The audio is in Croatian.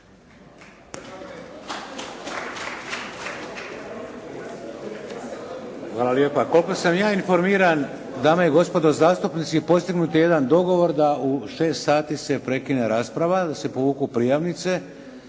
Hvala lijepa. Koliko sam ja informiran, dame i gospodo zastupnici, postignut je jedan dogovor da u 6 sati se prekine rasprava, da se povuku prijavnice